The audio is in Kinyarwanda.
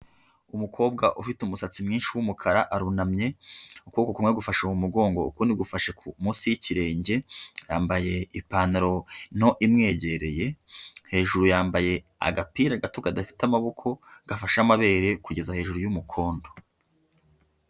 Umukobwa ufite umusatsi mwinshi w'umukara arunamye, ukuboko kumwe agufashe mu mugongo ukundi gufashe munsi y'ikirenge yambaye ipantaro nto imwegereye, hejuru yambaye agapira gato kadafite amaboko, gafashe amabere kugeza hejuru y'umukondo.